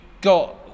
got